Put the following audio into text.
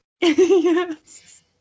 Yes